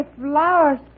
flowers